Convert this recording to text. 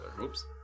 Oops